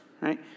right